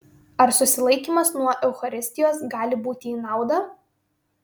ar susilaikymas nuo eucharistijos gali būti į naudą